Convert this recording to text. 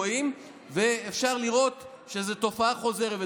רואים ואפשר לראות שזו תופעה חוזרת.